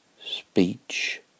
speech